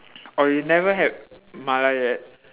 oh you never had mala yet